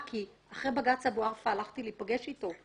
שאחרי בג"ץ אבו ערפה הלכתי להיפגש איתו.